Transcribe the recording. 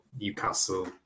Newcastle